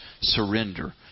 Surrender